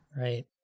right